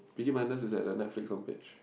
Peaky-Blinders is at the Netflix homepage